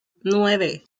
nueve